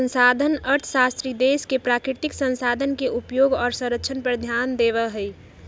संसाधन अर्थशास्त्री देश के प्राकृतिक संसाधन के उपयोग और संरक्षण पर ध्यान देवा हई